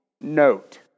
note